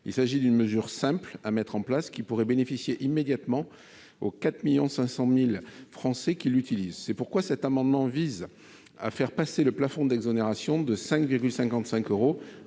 Il s'agit d'une mesure simple à mettre en place, qui pourrait bénéficier immédiatement aux 4,5 millions de Français qui l'utilisent. C'est pourquoi, cet amendement vise à faire passer le plafond d'exonération de 5,55 euros